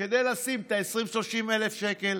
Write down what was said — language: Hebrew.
כדי לשים את ה-20,000 30,000 שקל.